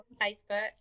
Facebook